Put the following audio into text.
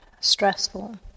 stressful